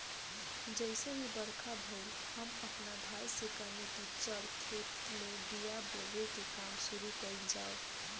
जइसे ही बरखा भईल, हम आपना भाई से कहनी की चल खेत में बिया बोवे के काम शुरू कईल जाव